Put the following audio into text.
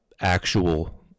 actual